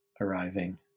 arriving